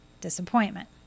disappointment